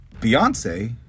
Beyonce